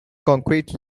concrete